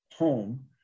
home